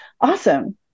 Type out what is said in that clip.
awesome